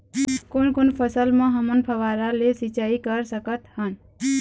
कोन कोन फसल म हमन फव्वारा ले सिचाई कर सकत हन?